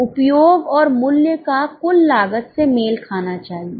अब उपयोग और मूल्य का कुल लागत से मेल खाना चाहिए